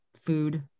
food